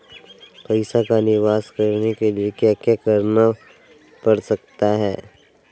पैसा का निवेस करने के लिए क्या क्या करना पड़ सकता है?